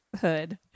hood